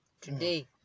Today